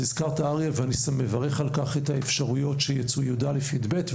אריה הזכיר - ואני מברך על כך - את האפשרויות שיצאו כיתות י"א ו-י"ב.